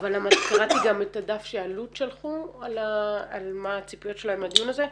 אבל קראתי גם את הדף שאלו"ט שלחו על מה הציפיות שלהם מהדיון הזה.